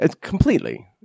Completely